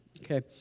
okay